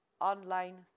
online